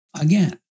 again